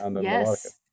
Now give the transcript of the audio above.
yes